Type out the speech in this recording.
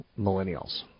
millennials